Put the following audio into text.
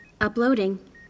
Uploading